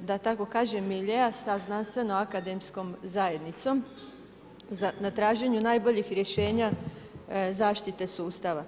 da tako kažem, miljea sa znanstveno-akademskom zajednicom na traženju najboljih rješenja zaštite sustava.